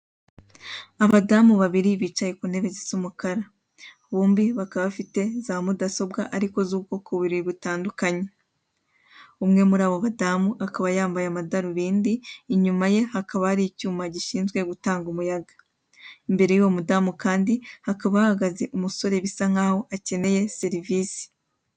Abadamu babiri bicaye ku ntabwo zisa umukara, bombi bakaba bafite za mudasobwa ariko z'ubwoko bubiri butandukanye, umwe muri abo badamu akaba yambaye amadarubindi, inyuma ye hakaba hari icyuma gishinzwe gutanga umuyaga, imbere y'uwo mudamu kandi hakaba hahagaze umusore bisa nk'aho akeneye serivisi.